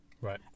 Right